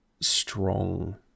Strong